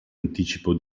anticipo